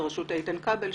בראשות איתן כבל,